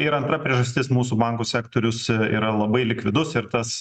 ir antra priežastis mūsų bankų sektorius yra labai likvidus ir tas